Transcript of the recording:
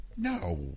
no